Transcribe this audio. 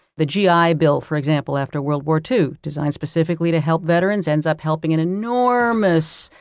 the g i. bill, for example, after world war two, designed specifically to help veterans, ends up helping an enormous,